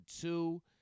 two